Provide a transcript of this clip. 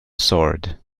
sword